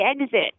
exit